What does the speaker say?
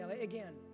Again